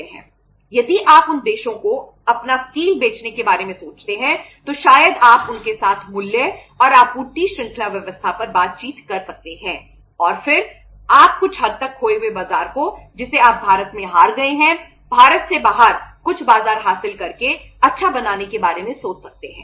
यदि आप उन देशों को अपना स्टील बेचने के बारे में सोचते हैं तो शायद आप उनके साथ मूल्य और आपूर्ति श्रृंखला व्यवस्था पर बातचीत कर सकते हैं और फिर आप कुछ हद तक खोए हुए बाजार को जिसे आप भारत में हार गए हैं भारत से बाहर कुछ बाजार हासिल कर के अच्छा बनाने के बारे में सोच सकते हैं